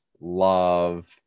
love